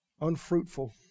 unfruitful